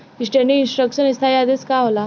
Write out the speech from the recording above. Standing instruction स्थाई आदेश का होला?